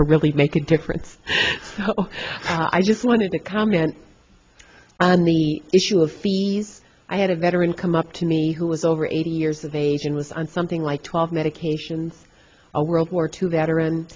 to really make a difference i just wanted to comment on the issue of fees i had a veteran come up to me who was over eighty years of age and was on something like twelve medications a world war two